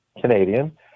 Canadian